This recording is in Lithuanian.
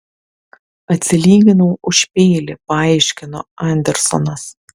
atsilyginau už peilį paaiškino andersonas